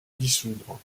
dissoudre